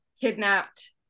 kidnapped